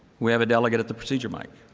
we have a delegate at the procedure mic.